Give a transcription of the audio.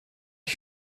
are